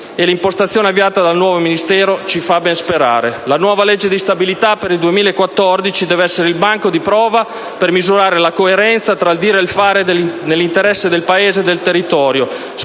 e l'impostazione avviata dal nuovo Ministero ci fa ben sperare. La nuova legge di stabilità per il 2014 deve essere il banco di prova per misurare la coerenza tra il dire e il fare nell'interesse del Paese e del territorio,